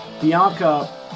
Bianca